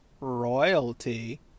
Royalty